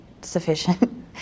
sufficient